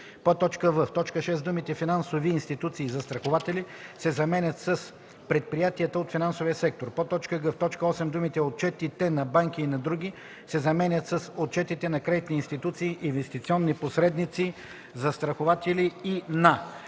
в) в т. 6 думите „финансови институции, застрахователи” се заменят с „предприятията от финансовия сектор”; г) в т. 8 думите „отчетите на банки и на други” се заменят с „отчетите на кредитни институции, инвестиционни посредници, застрахователи и на”,